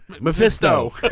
Mephisto